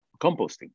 composting